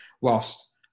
whilst